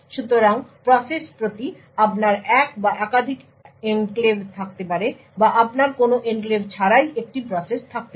সুতরাং প্রসেস প্রতি আপনার এক বা একাধিক এনক্লেভ থাকতে পারে বা আপনার কোনো এনক্লেভ ছাড়াই একটি প্রসেস থাকতে পারে